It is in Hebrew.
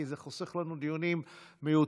כי זה חוסך לנו דיונים מיותרים.